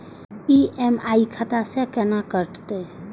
EMI खाता से केना कटते?